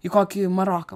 į kokį maroką